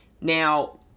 Now